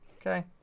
Okay